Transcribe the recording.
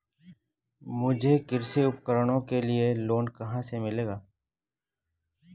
मुझे कृषि उपकरणों के लिए लोन कहाँ से मिलेगा?